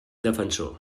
defensor